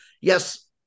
Yes